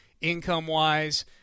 income-wise